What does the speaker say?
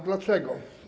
Dlaczego?